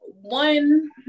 one